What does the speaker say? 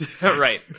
Right